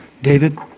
David